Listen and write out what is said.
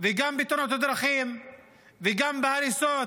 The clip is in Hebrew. וגם בתאונות הדרכים וגם בהריסות.